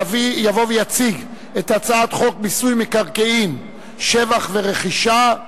יבוא ויציג את הצעת חוק מיסוי מקרקעין (שבח ורכישה)